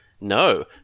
No